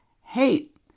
hate